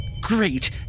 Great